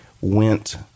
went